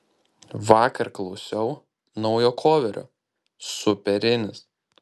vakar klausiau naujo koverio superinis